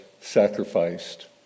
sacrificed